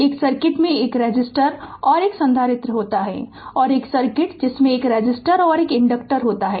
एक सर्किट में एक रेसिस्टर और एक संधारित्र होता है और एक सर्किट जिसमें एक रेसिस्टर और एक इनडक्टर होता है